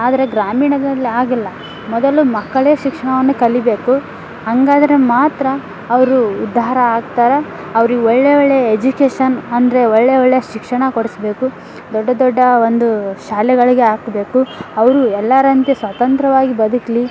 ಆದರೆ ಗ್ರಾಮೀಣದಲ್ಲಿ ಹಾಗಿಲ್ಲ ಮೊದಲು ಮಕ್ಕಳೇ ಶಿಕ್ಷಣವನ್ನು ಕಲೀಬೇಕು ಹಾಗಾದ್ರೆ ಮಾತ್ರ ಅವರು ಉದ್ದಾರ ಆಗ್ತಾರೆ ಅವ್ರಿಗೆ ಒಳ್ಳೆಯ ಒಳ್ಳೆಯ ಎಜುಕೇಷನ್ ಅಂದರೆ ಒಳ್ಳೆಯ ಒಳ್ಳೆಯ ಶಿಕ್ಷಣ ಕೊಡಿಸ್ಬೇಕು ದೊಡ್ಡ ದೊಡ್ಡ ಒಂದು ಶಾಲೆಗಳಿಗೆ ಹಾಕ್ಬೇಕು ಅವರು ಎಲ್ಲರಂತೆ ಸ್ವತಂತ್ರವಾಗಿ ಬದುಕಲಿ